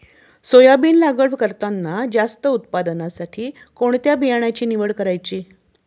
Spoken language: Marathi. सोयाबीन लागवड करताना जास्त उत्पादनासाठी कोणत्या बियाण्याची निवड करायची?